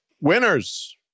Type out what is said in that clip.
winners